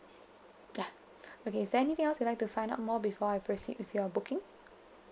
ya okay is there anything else you like to find out more before I proceed with your booking